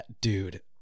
dude